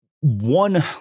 One